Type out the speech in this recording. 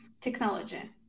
Technology